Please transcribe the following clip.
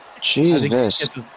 Jesus